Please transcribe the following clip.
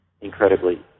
incredibly